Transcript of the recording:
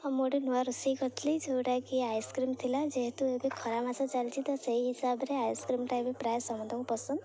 ହଁ ମୁଁ ଗୋଟେ ନୂଆ ରୋଷେଇ କରିଥିଲି ଯେଉଁଟାକି ଆଇସ୍କ୍ରିମ୍ ଥିଲା ଯେହେତୁ ଏବେ ଖରାପ ମାସ ଚାଲିଛି ତ ସେଇ ହିସାବରେ ଆଇସ୍କ୍ରିମଟା ଏ ବି ପ୍ରାୟ ସମସ୍ତଙ୍କୁ ପସନ୍ଦ